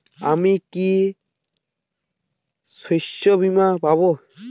আমি কি শষ্যবীমা পাব?